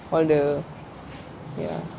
all the ya